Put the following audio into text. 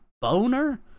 Boner